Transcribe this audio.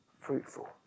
fruitful